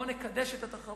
בואו נקדש את התחרות,